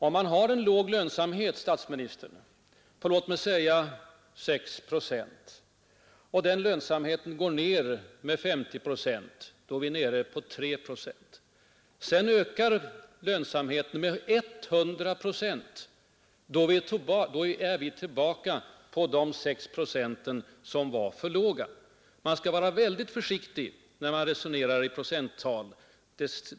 Om man har en låg lönsamhet på låt mig säga 6 procent och den minskar med 50 procent, då är vi nere i 3 procent, herr statsminister. Om vi sedan förutsätter att lönsamheten ökar med inte mindre än 100 procent, då är vi tillbaka vid den lönsamhetsnivå på 6 procent som var för låg. Man skall alltså vara mycket försiktigt när man resonerar i procenttal.